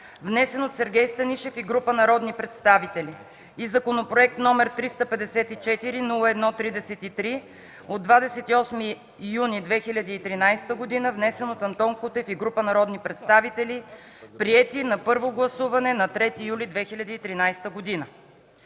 внесен от Сергей Станишев и група народни представители, и законопроект № 354-01-33 от 28 юни 2013 г., внесен от Антон Кутев и група народни представители, приети на първо гласуване на 3 юли 2013 г.